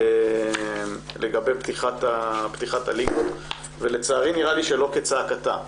פתיחת הליגות ולצערי נראה לי שלא כצעקתה,